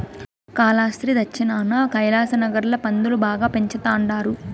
కాలాస్త్రి దచ్చినాన కైలాసనగర్ ల పందులు బాగా పెంచతండారు